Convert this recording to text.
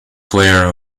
player